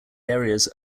areas